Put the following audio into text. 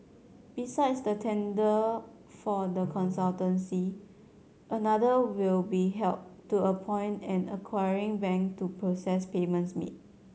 besides the tender for the consultancy another will be held to appoint an acquiring bank to process payments made